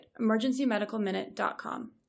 emergencymedicalminute.com